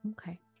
okay